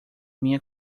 minha